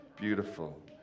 beautiful